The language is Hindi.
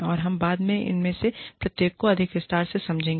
और हम बाद में उनमेंसे प्रत्येक को अधिक विस्तार से समझेंगे